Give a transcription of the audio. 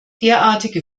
derartige